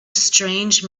strange